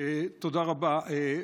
תודה רבה.